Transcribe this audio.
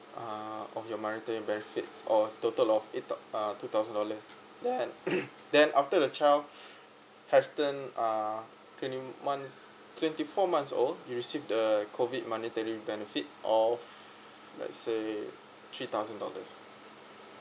uh of your monetary benefits or total of eight thou~ uh two thousand dollar then then after the child has turned uh twenty months twenty four months old you receive the COVID monetary benefits of let's say three thousand dollars